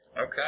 okay